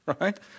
Right